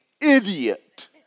idiot